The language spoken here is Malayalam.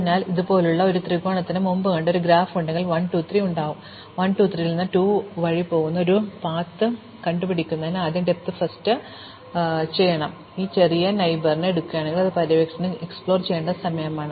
അതിനാൽ ഇതുപോലുള്ള ഒരു ത്രികോണത്തിന് മുമ്പ് കണ്ട ഒരു ഗ്രാഫ് ഉണ്ടെങ്കിൽ നമുക്ക് 1 2 3 ഉണ്ടാകും 1 2 3 ൽ നിന്ന് 2 വഴി പോകുന്ന ഒരു പാത കണ്ടെത്തുന്നതിന് ആദ്യ ഡെപ്ത് ഏത് ഡെപ്ത് ചെയ്യും ഈ ചെറിയ അയൽക്കാരനെ ഞങ്ങൾ എടുക്കുകയാണെങ്കിൽ അത് പര്യവേക്ഷണം ചെയ്യേണ്ട സമയമാണ്